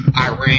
Iran